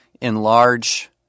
enlarge